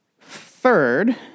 Third